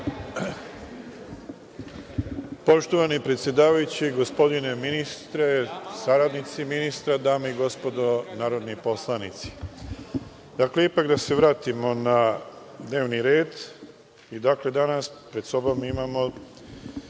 Poštovani predsedavajući i gospodine ministre sa saradnicima, dame i gospodo narodni poslanici, da se vratimo na dnevni red. Dakle, danas pred sobom imamo